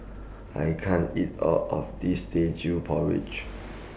I can't eat All of This Teochew Porridge